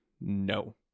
no